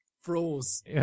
froze